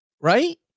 right